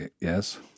yes